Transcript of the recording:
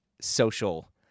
social